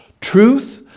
Truth